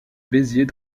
béziers